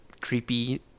creepy